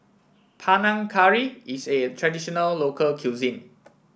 Panang Curry is a traditional local cuisine